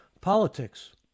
politics